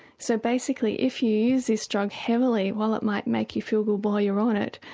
so basically if you use this drug heavily well it might make you feel good why you're on it,